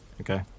Okay